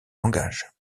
langages